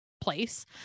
place